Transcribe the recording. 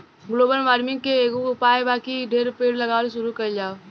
global warming के एकेगो उपाय बा की ढेरे पेड़ लगावल शुरू कइल जाव